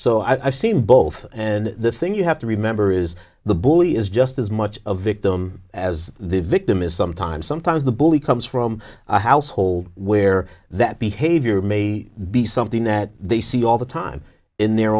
so i've seen both and the thing you have to remember is the bully is just as much a victim as the victim is sometimes sometimes the bully comes from a household where that behavior may be something that they see all the time in their